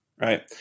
right